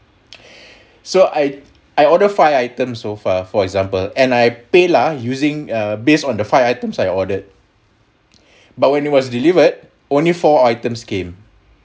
so I I order five items so far for example and I paylah using a based on the five items I ordered but when it was delivered only four items came